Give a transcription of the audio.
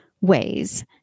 ways